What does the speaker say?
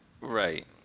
Right